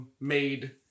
made